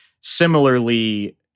similarly